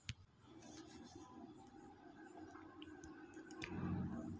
ಈ ವಾರದ ತರಕಾರಿ ಮಾರುಕಟ್ಟೆಯಲ್ಲಿ ಟೊಮೆಟೊ ಬೆಲೆ ಒಂದು ಟ್ರೈ ಗೆ ಎಷ್ಟು?